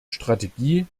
strategie